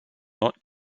not